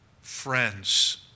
friends